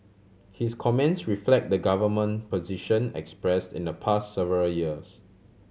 his comments reflect the government position express in the pass several years